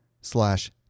slash